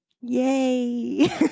Yay